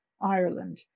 Ireland